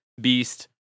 Beast